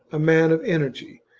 a man of energy,